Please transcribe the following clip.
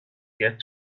get